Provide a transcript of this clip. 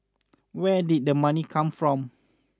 where did the money come from